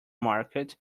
market